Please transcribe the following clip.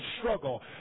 struggle